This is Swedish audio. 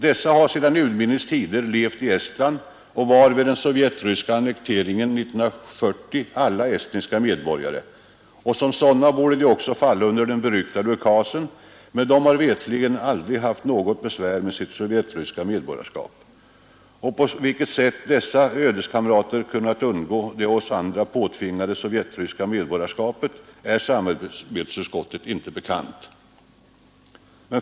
Dessa hade sedan urminnes tider levt i Estland och var vid den sovjetryska annektionen år 1940 alla estniska medborgare. Såsom sådana borde de också falla under den beryktade ”ukasen” men de har veterligen aldrig haft något besvär med sitt sovjetryska medborgarskap. På vilket sätt dessa våra ödeskamrater kunnat undgå det oss andra påtvingade sovjetryska medborgarskapet är samarbetsutskottet icke bekant.